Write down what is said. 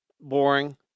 Boring